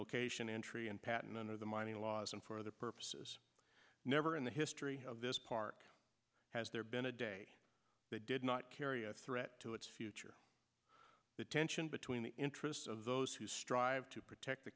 location entry and patent under the mining laws and for other purposes never in the history of this park has there been a day that did not carry a threat to its future the tension between the interests of those who strive to protect the